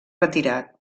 retirat